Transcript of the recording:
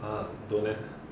!huh! don't leh